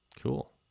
Cool